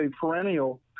perennial